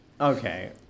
Okay